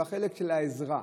בחלק של העזרה.